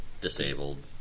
disabled